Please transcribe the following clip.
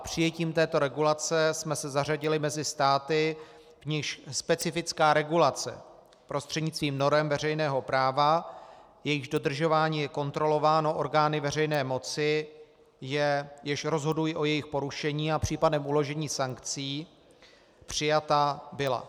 Přijetím této regulace jsme se zařadili mezi státy, v nichž specifická regulace prostřednictvím norem veřejného práva, jejichž dodržování je kontrolováno orgány veřejné moci, jež rozhodují o jejich porušení a případném uložení sankcí, přijata byla.